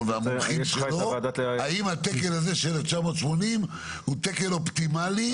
והמומחים שלו האם התקן הזה של 1980 הוא תקן אופטימלי.